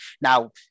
now